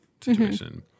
situation